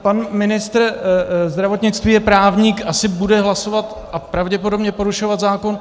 Pan ministr zdravotnictví je právník, asi bude hlasovat a pravděpodobně porušovat zákon.